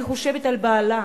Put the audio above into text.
אני חושבת על בעלה,